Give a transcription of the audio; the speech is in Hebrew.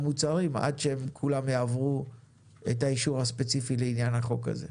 המוצרים עד שכולן יעברו את האישור הספציפי לעניין החוק הזה.